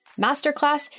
masterclass